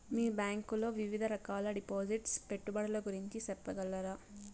మీ bank లో వివిధ రకాల డిపాసిట్స్, పెట్టుబడుల గురించి సెప్పగలరా?